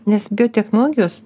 nes biotechnologijos